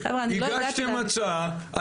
הגשתם הצעה,